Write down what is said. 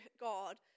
God